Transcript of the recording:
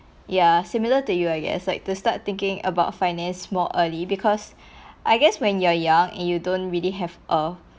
ya similar to you I guess like to start thinking about finance more early because I guess when you're young and you don't really have err